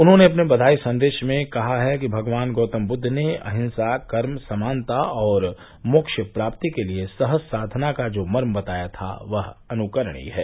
उन्होंने अपने बधाई सन्देश में कहा कि भगवान गौतम बुद्द ने अहिंसा कर्म समानता और मोक्ष प्राप्ति के लिये सहज साधना का जो मर्म बताया था वह अनुकरणीय है